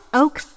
oak